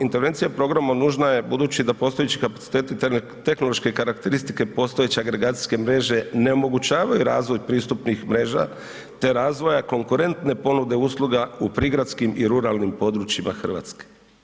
Intervencija programa nužna je budući da postojeći kapaciteti tehnološke karakteristike postojeće agregacijske mreže ne omogućavaju razvoj pristupnih mreža te razvoja konkurentne ponude usluga u prigradskim i ruralnim područjima Hrvatske.